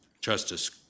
Justice